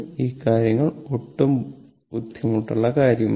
ഈ കാര്യങ്ങൾ ഒട്ടും ബുദ്ധിമുട്ടുള്ള കാര്യമല്ല